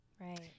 Right